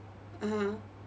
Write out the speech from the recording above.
(uh huh)